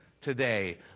today